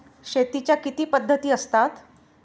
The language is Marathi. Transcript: शेतीच्या किती पद्धती असतात?